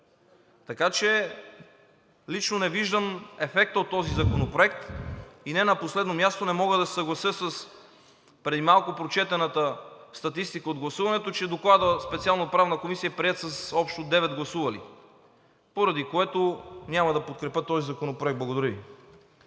Така че лично не виждам ефекта от този законопроект. Не на последно място, не мога да се съглася с преди малко прочетената статистика от гласуването, че Докладът, специално от Правна комисия, е приет с общо 9 гласували, поради което няма да подкрепя този законопроект. Благодаря Ви.